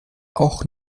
auch